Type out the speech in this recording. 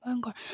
ভয়ংকৰ